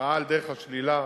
ראה על דרך השלילה,